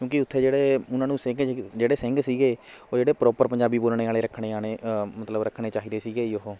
ਕਿਉਂਕਿ ਉੱਥੇ ਜਿਹੜੇ ਉਹਨਾਂ ਨੂੰ ਸਿੰਘ ਜਿਹੜੇ ਸਿੰਘ ਸੀਗੇ ਉਹ ਜਿਹੜੇ ਪ੍ਰੋਪਰ ਪੰਜਾਬੀ ਬੋਲਣੇ ਵਾਲੇ ਰੱਖਣੇ ਆਣੇ ਮਤਲਬ ਰੱਖਣੇ ਚਾਹੀਦੇ ਸੀਗੇ ਜੀ ਉਹ